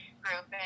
group